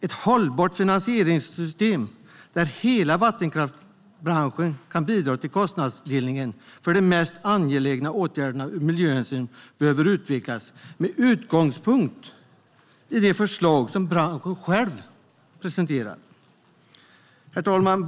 Ett hållbart finansieringssystem där hela vattenkraftsbranschen kan bidra till kostnadsdelning för de mest angelägna åtgärderna ur miljöhänsyn behöver utvecklas med utgångspunkt i de förslag som branschen själv presenterat. Herr talman!